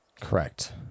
Correct